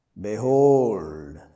Behold